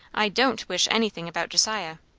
i don't wish anything about josiah.